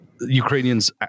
Ukrainians